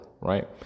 right